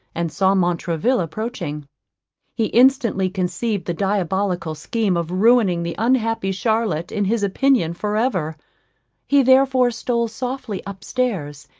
and saw montraville approaching he instantly conceived the diabolical scheme of ruining the unhappy charlotte in his opinion for ever he therefore stole softly up stairs,